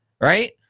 Right